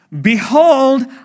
Behold